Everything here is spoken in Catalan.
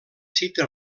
cita